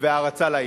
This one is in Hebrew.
והערצה לאיש.